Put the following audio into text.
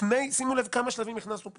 שימו לב כמה שלבים הכנסנו פה: